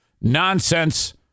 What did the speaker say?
Nonsense